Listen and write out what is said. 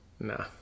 Nah